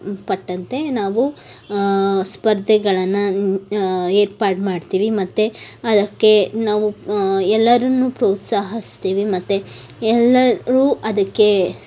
ಪಟ್ಟಂತೆ ನಾವು ಸ್ಪರ್ಧೆಗಳನ್ನು ಏರ್ಪಾಡು ಮಾಡ್ತೀವಿ ಮತ್ತು ಅದಕ್ಕೆ ನಾವು ಎಲ್ಲರನ್ನು ಪ್ರೋತ್ಸಾಹಿಸ್ತೀವಿ ಮತ್ತು ಎಲ್ಲರೂ ಅದಕ್ಕೆ